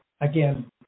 again